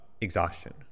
exhaustion